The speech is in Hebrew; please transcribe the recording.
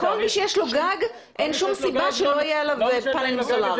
כל מי שיש לו גג אין שום סיבה שלא יהיה עליו פאנל סולרי.